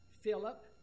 Philip